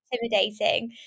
intimidating